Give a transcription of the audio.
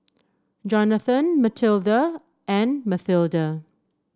Johnathon Mathilda and Mathilda